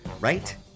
right